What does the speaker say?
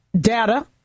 data